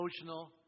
emotional